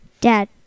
Dad